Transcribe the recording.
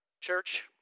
Church